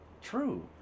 true